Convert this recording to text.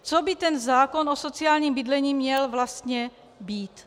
Co by ten zákon o sociálním bydlení měl vlastně být?